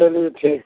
चलिए ठीक